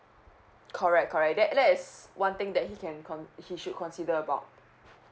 correct correct that that's one thing that he can con~ he should consider about